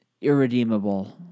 irredeemable